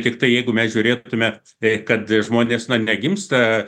tiktai jeigu mes žiūrėtumė tai kad žmonės negimsta